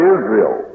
Israel